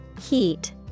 heat